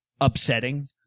upsetting